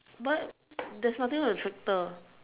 but there's nothing on the tractor